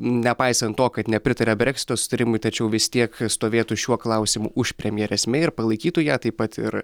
nepaisant to kad nepritaria breksito susitarimui tačiau vis tiek stovėtų šiuo klausimu už premjerės mei ir palaikytų ją taip pat ir